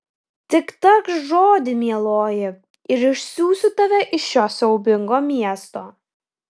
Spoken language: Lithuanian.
tik tark žodį mieloji ir išsiųsiu tave iš šio siaubingo miesto